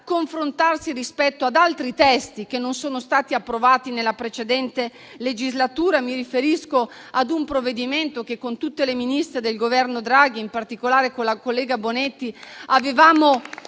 confrontarsi rispetto ad altri testi che non sono stati approvati nella precedente legislatura: mi riferisco ad un provvedimento che, con tutte le Ministre del Governo Draghi e in particolare con la collega ministra Bonetti, avevamo